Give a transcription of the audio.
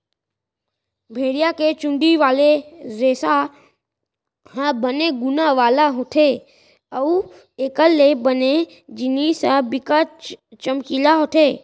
भेड़िया के चुंदी वाले रेसा ह बने गुन वाला होथे अउ एखर ले बने जिनिस ह बिकट चमकीला होथे